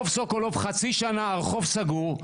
חצי שנה שרחוב סוקולוב סגור.